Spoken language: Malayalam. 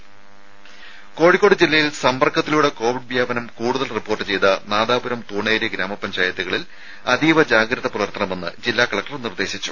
ദുദ കോഴിക്കോട് ജില്ലയിൽ സമ്പർക്കത്തിലൂടെ കോവിഡ് വ്യാപനം കൂടുതൽ റിപ്പോർട്ട് ചെയ്ത നാദാപുരം തൂണേരി ഗ്രാമപഞ്ചായത്തുകളിൽ അതീവ ജാഗ്രതപുലർത്തണമെന്ന് ജില്ലാ കലക്ടർ നിർദേശിച്ചു